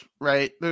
right